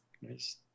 Nice